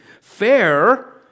Fair